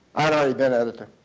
i'd already been editor.